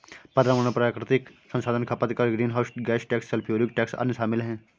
पर्यावरण प्राकृतिक संसाधन खपत कर, greenhouse gas tax, sulphuric tax, अन्य शामिल हैं